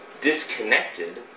disconnected